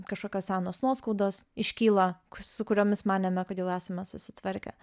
kažkokios senos nuoskaudos iškyla su kuriomis manėme kad jau esame susitvarkę